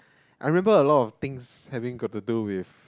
I remember a lot of things having got to do with